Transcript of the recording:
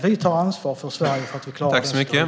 Vi tar ansvar för Sverige och för att klara detta.